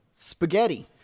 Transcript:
Spaghetti